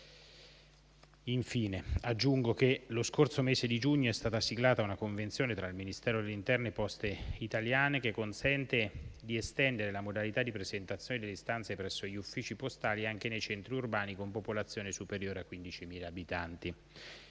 Infine, aggiungo che lo scorso mese di giugno è stata siglata una convenzione tra il Ministero dell'interno e Poste Italiane che consente di estendere la modalità di presentazione delle istanze presso gli uffici postali anche nei centri urbani con popolazione superiore a 15.000 abitanti.